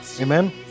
amen